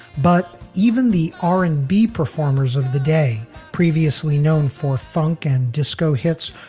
but even the r and b performers of the day, previously known for funk and disco hits,